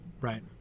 right